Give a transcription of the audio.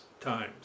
times